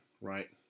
right